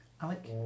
Alec